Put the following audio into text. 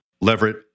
Leverett